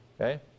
Okay